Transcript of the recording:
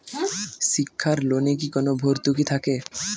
শিক্ষার লোনে কি কোনো ভরতুকি থাকে?